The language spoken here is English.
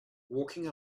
walking